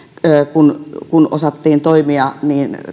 kun kun osattiin toimia sopivalla hetkellä niin